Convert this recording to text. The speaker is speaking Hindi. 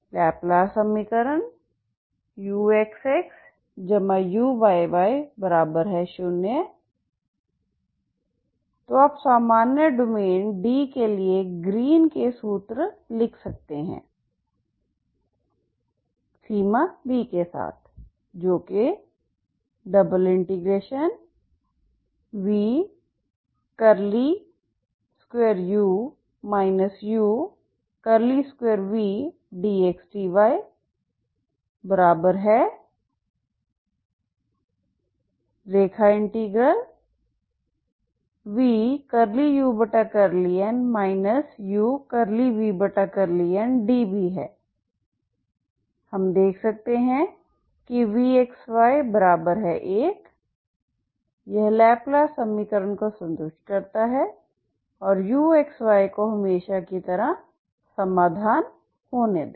लाप्लास समीकरण uxxuyy0हैतो आप सामान्य डोमेन D के लिए ग्रीन के सूत्र Green's formula लिख सकते हैं सीमा B के साथ जो कि ∬dxdyv∂u∂n u∂v∂ndb है हम देख सकते हैं कि vxy1 यह लैपलेस समीकरण को संतुष्ट करता है और uxy को हमेशा की तरह समाधान होने दें